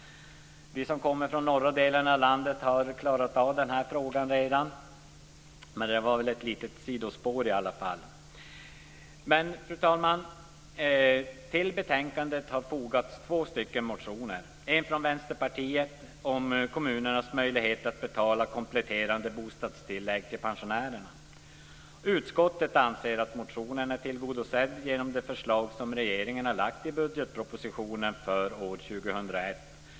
De som kommer från den norra delen av landet har redan klarat detta val. Fru talman! I betänkandet behandlas två motioner. En av dessa kommer från Vänsterpartiet och gäller kommunernas möjligheter att betala kompletterande bostadstillägg till pensionärer. Utskottet anser att motionen är tillgodosedd genom det förslag som regeringen har lagt fram i budgetpropositionen för år 2001.